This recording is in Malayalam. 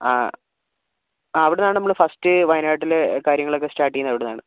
ആ അവിടുന്നാണ് നമ്മൾ ഫസ്റ്റ് വയനാട്ടിലെ കാര്യങ്ങളൊക്കെ സ്റ്റാർട്ട് ചെയ്യുന്നത് അവിടുന്നാണ്